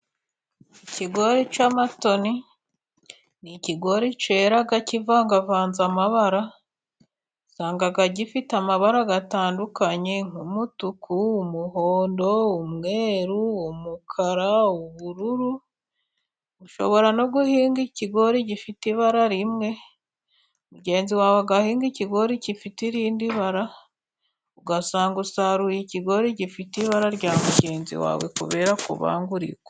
Ikigori cy'amatoni n'ikigori cyera kivangavanze amabara, usanga gifite amabara atandukanye umutuku, umuhondo, umweru, umukara, ubururu, ushobora no guhinga ikigori gifite ibara rimwe mugenzi wawe agahinga ikigori gifite irindi bara, ugasanga usaruye ikigori gifite ibara rya mugenzi wawe kubera kubangurirwa.